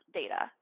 data